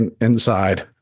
inside